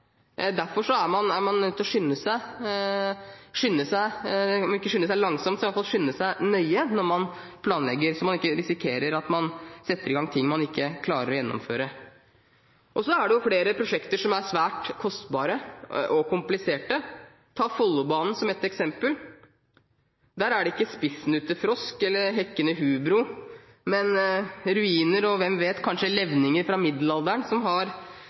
langsomt, så i hvert fall skynde seg nøye – når man planlegger, så man ikke risikerer at man setter i gang ting man ikke klarer å gjennomføre. Så er det flere prosjekter som er svært kostbare og kompliserte. Ta Follobanen som et eksempel. Der er det ikke spissnutefrosk eller hekkende hubro, men ruiner og – hvem vet – kanskje levninger fra middelalderen